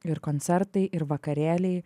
ir koncertai ir vakarėliai